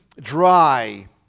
dry